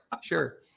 sure